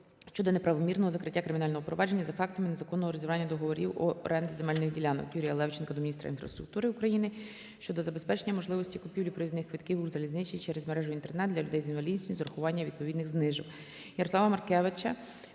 щодо неправомірного закриття кримінального провадження за фактами незаконного розірвання договорів оренди земельних ділянок. Юрія Левченка до Міністра інфраструктури України щодо забезпечення можливості купівлі проїзних квитків Укрзалізниці через мережу Інтернет для людей з інвалідністю з урахуванням відповідних знижок.